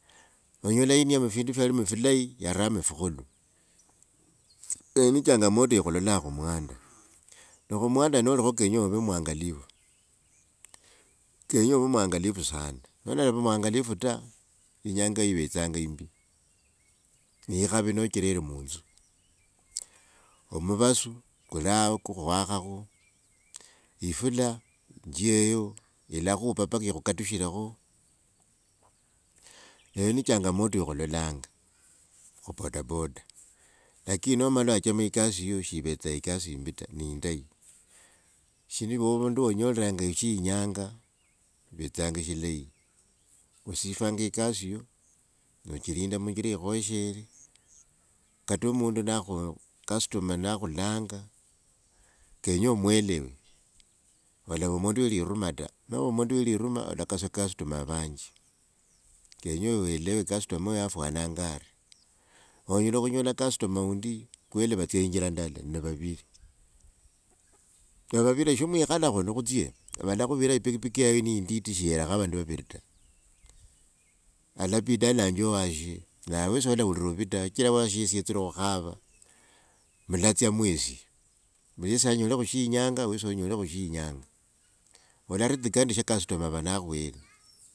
Onyola yiiniemo findu fyalimo filayi, yaramo fikhundu. Eyo ni changamoto ya khulola khu mwanda. Ne khu mwanda nolikho kenya ovee mwangalifu, kenya ovee mwangalifu sana. Nolali mwangalifu ta inyanga ivetsanga yimbi. Ni ikhavi nocherere munzu. Omuvasu kuli ao kukhwa khakho ifula njeyo, ilakhupa mpaka ikhu katushrekho, eyo ni changamoto ya khulolanga khu bodaboda. Lakini nomala wachema e kasi yiyo shivetsa ekasi yimbi ta ni indayi. Shi ili wo ovundu wonyolranga e she inyanga shivetsanga shilayi. Osifanga e kasi yoo, ochirinda mu injira ikhoeshere, kata omundu nakhwa, customer nakhulanga kenya omwelewe, olava mundu we liruma ta, nova mundu we liruma olakosa customer a vanji. Kenya welewe customer oyo afwananga ari. Onyela khunyola customer wundi kweli vatsia injira ndala ni vaviri, novavira shi mwikhala khuno khutsie. Valakhuvirae pikipiki yeo ni inditi shiyerakho vandu vaviri ta. Alabida olanje washe nawe wesi olaura vuvi ta shichra washe yesi yetsre khukhava, mulatsia mwesi, yesi anyolekho shi yinganga wesi onyolekho shi winyanga. Olaridhika nende sha customer ava nakhwere.